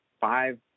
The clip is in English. five